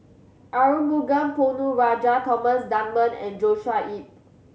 Arumugam Ponnu Rajah Thomas Dunman and Joshua Ip